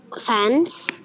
fans